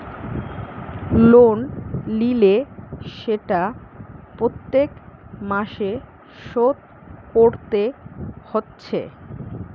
loan লিলে সেটা প্রত্যেক মাসে শোধ কোরতে হচ্ছে